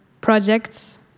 projects